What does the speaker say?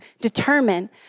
determine